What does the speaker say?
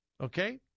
Okay